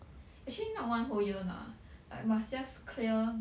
actually not one whole year lah like must just clear